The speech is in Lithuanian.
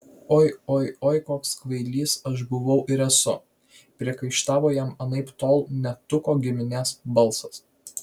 oi oi oi koks kvailys aš buvau ir esu priekaištavo jam anaiptol ne tuko giminės balsas